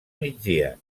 migdia